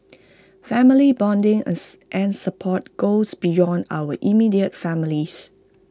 family bonding and support goes beyond our immediate families